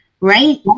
right